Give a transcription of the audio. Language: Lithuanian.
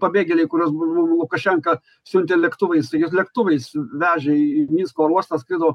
pabėgėliai kuriuos bu lukašenka siuntė lėktuvais juos lėktuvais vežė į minsko oro uostą skrido